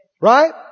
Right